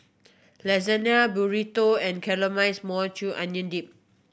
Lasagne Burrito and Caramelized Maui Onion Dip